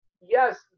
yes